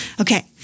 Okay